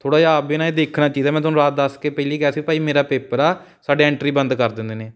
ਥੋੜ੍ਹਾ ਜਿਹਾ ਆਪ ਵੀ ਨਾ ਇਹ ਦੇਖਣਾ ਚਾਹੀਦਾ ਮੈਂ ਤੁਹਾਨੂੰ ਰਾਤ ਦੱਸ ਕੇ ਪਹਿਲਾਂ ਹੀ ਕਿਹਾ ਸੀ ਭਾਈ ਮੇਰਾ ਪੇਪਰ ਆ ਸਾਡੀ ਐਂਟਰੀ ਬੰਦ ਕਰ ਦਿੰਦੇ